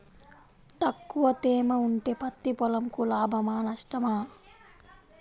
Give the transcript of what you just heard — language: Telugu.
తక్కువ తేమ ఉంటే పత్తి పొలంకు లాభమా? నష్టమా?